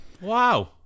Wow